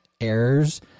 Errors